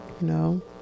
No